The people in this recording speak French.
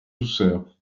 douceur